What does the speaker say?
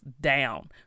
down